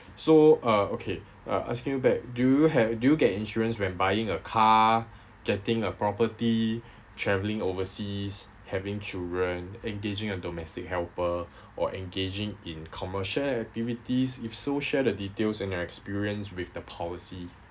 so uh okay uh asking back do you have do get insurance when buying a car getting a property travelling overseas having children engaging a domestic helper or engaging in commercial activities if so share the details and your experience with the policy